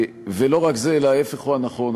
ולא רק זה, אלא ההפך הוא הנכון.